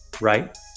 right